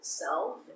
self